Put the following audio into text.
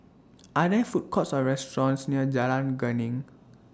Are There Food Courts Or restaurants near Jalan Geneng